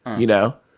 you know?